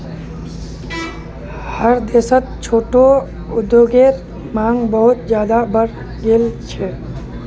हर देशत छोटो उद्योगेर मांग बहुत ज्यादा बढ़ गेल छेक